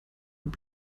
und